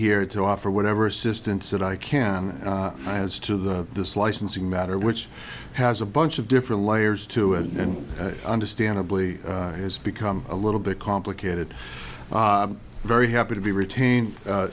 here to offer whatever assistance that i can as to the this licensing matter which has a bunch of different layers to it and understandably it has become a little bit complicated very happy to be retain